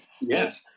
Yes